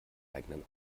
eigenen